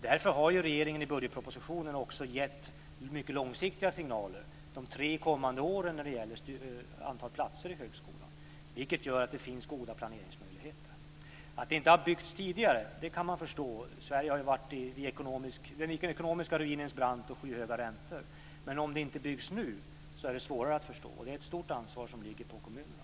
Därför har regeringen i budgetpropositionen också gett mycket långsiktiga signaler när det gäller antalet platser i högskolan under de tre kommande åren, vilket gör att det finns goda planeringsmöjligheter. Att det inte har byggts tidigare kan man förstå. Sverige har ju varit vid den ekonomiska ruinens brant och haft skyhöga räntor. Men om det inte byggs nu är det svårare att förstå, och det är ett stort ansvar som ligger på kommunerna.